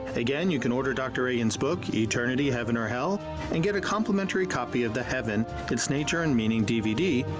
again you can order dr. reagan's book, eternity heaven or hell and get a complimentary copy of the heaven it's nature and meaning dvd,